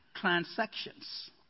transactions